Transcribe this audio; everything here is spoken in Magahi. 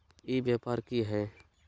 ई व्यापार की हाय?